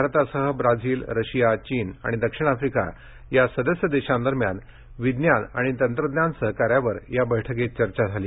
भारतासह Brazil Russia चीन आणि दक्षिण आफ्रिका या सदस्य देशांदरम्यान विज्ञान आणि तंत्रज्ञान सहकार्यावर या बैठकीत चर्चा झाली